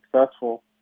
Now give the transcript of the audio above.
successful